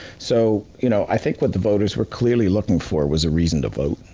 so you know i think what the voters were clearly looking for was a reason to vote.